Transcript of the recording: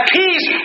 peace